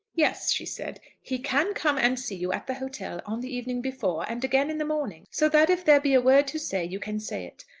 yes, she said, he can come and see you at the hotel on the evening before, and again in the morning so that if there be a word to say you can say it.